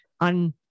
on